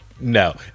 No